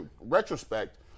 retrospect